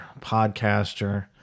podcaster